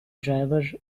driver